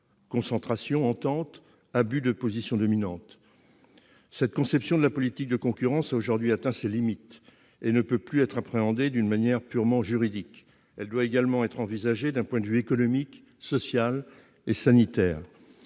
concentrations, ententes, abus de position dominante. Cette politique de concurrence a aujourd'hui atteint ses limites et ne peut plus être appréhendée d'une manière purement juridique. Elle doit également être envisagée d'un point de vue économique, social et sanitaire.